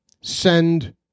send